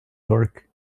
torque